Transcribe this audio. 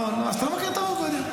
אז אתה לא מכיר את הרב עובדיה.